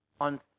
on